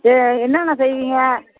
சரி என்னன்னா செய்வீங்க